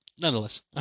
Nonetheless